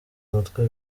umutwe